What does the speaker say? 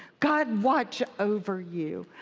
god watch over you.